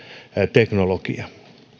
teknologia